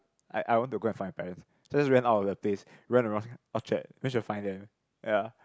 I I want to go and find my parents just ran out of the place ran around orchard where should find them ya